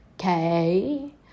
okay